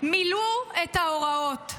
מילאו את ההוראות,